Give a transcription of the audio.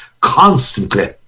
constantly